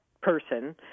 person